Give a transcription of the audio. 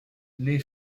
les